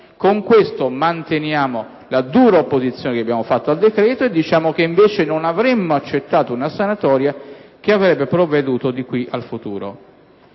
Con questo manteniamo la dura opposizione che abbiamo fatto al decreto e diciamo che, invece, non avremmo accettato una sanatoria che avesse provveduto di qui al futuro.